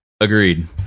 agreed